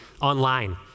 online